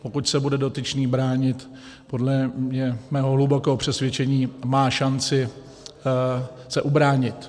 Pokud se bude dotyčný bránit, podle mého hlubokého přesvědčení má šanci se ubránit.